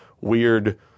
weird